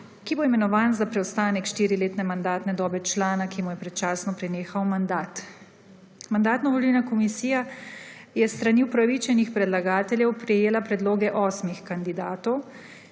ki bo imenovan za preostanek štiriletne mandatne dobe člana, ki mu je predčasno prenehal mandat. Mandatno-volilna komisija je s strani upravičenih predlagateljev prejela predloge osmih kandidatov,